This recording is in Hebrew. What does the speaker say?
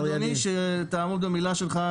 אני קיוויתי אדוני שתעמוד במילה שלך,